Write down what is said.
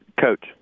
Coach